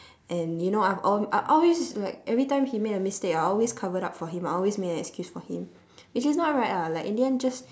and you know I've al~ I always it's like every time he made a mistake I'll always covered up for him I always made an excuse for him which is not right ah like in the end just